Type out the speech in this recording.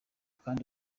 kandi